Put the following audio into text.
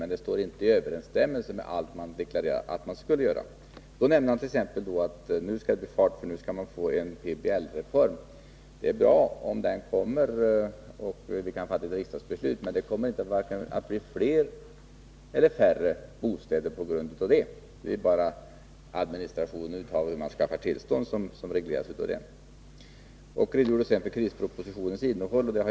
Men det står inte i överensstämmelse med allt man deklarerade att man skulle göra. Oskar Lindkvist nämnde t.ex. att nu skall det bli fart, för nu skall man få en PBL-reform. Det är bra om förslag om den kommer och vi kan fatta ett riksdagsbeslut, men det kommer inte att bli vare sig fler eller färre bostäder på grund av detta. Oskar Lindkvist redogjorde så för krispropositionens innehåll.